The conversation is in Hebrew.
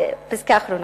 פסקה אחרונה.